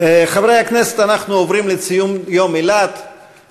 חברי הכנסת אנחנו עוברים לציון יום אילת,